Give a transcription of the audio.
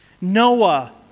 Noah